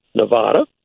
Nevada